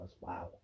Wow